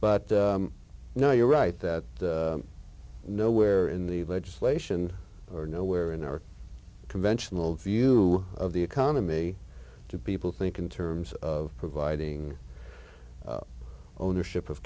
t no you're right that nowhere in the legislation are nowhere in our conventional view of the economy to people think in terms of providing ownership of